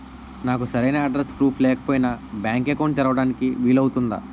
నాకు సరైన address proof లేకపోయినా బ్యాంక్ అకౌంట్ తెరవడానికి వీలవుతుందా?